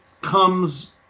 comes